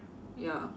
ya